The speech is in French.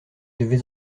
devez